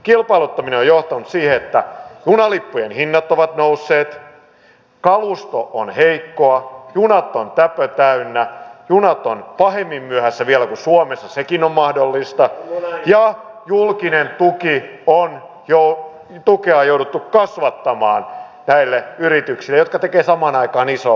kilpailuttaminen on johtanut siihen että junalippujen hinnat ovat nousseet kalusto on heikkoa junat ovat täpötäynnä junat ovat vielä pahemmin myöhässä kuin suomessa sekin on mahdollista ja julkista tukea on jouduttu kasvattamaan näille yrityksille jotka tekevät samaan aikaan isoa voittoa